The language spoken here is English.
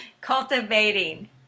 cultivating